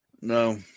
No